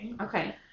okay